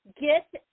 get